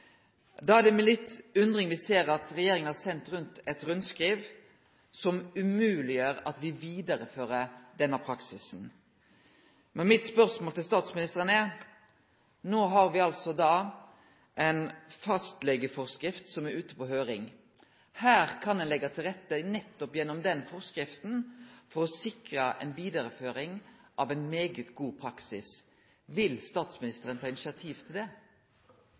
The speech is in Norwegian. Da er det med litt undring me ser at regjeringa har sendt ut eit rundskriv som gjer det umogleg å vidareføre denne praksisen. Mitt spørsmål til statsministeren er: No har me altså ei fastlegeforskrift som er ute på høring. Her kan ein leggje til rette for – nettopp gjennom den forskrifta – å sikre ei vidareføring av ein svært god praksis. Vil statsministeren ta initiativ til det? For det første er jeg enig i at det